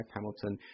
Hamilton